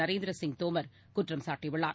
நரேந்திர சிங் தோமர் குற்றம் சாட்டியுள்ளார்